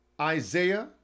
Isaiah